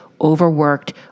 overworked